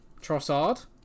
Trossard